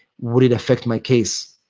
would it affect my case?